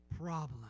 problem